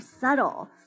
subtle